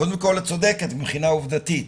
קודם כל, את צודקת מבחינה עובדתית.